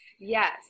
yes